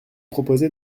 proposé